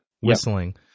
whistling